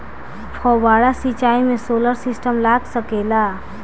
फौबारा सिचाई मै सोलर सिस्टम लाग सकेला?